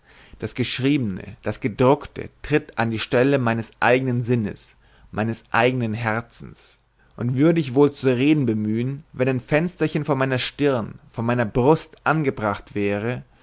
das geschriebene das gedruckte tritt an die stelle meines eigenen sinnes meines eigenen herzens und würde ich mich wohl zu reden bemühen wenn ein fensterchen vor meiner stirn vor meiner brust angebracht wäre